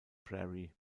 prairie